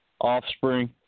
offspring